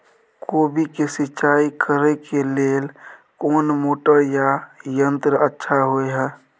कोबी के सिंचाई करे के लेल कोन मोटर या यंत्र अच्छा होय है?